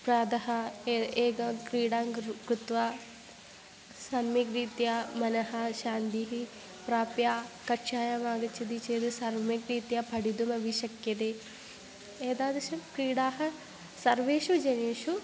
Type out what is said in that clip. प्रातः ए् एकां क्रीडां कृता कृत्वा सम्यग्रीत्या मनः शान्तिः प्राप्य कक्षायाम् आगच्छति चेत् सम्यक् रीत्या पठितुमपि शक्यते एतादृशं क्रीडाः सर्वेषु जनेषु